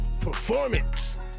performance